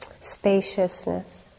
spaciousness